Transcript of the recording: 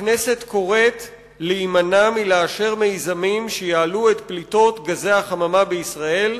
הכנסת קוראת להימנע מלאשר מיזמים שיעלו את פליטות גזי החממה בישראל,